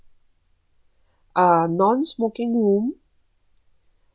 um non-smoking room